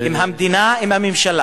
אם המדינה, אם הממשלה